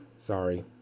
sorry